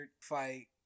fight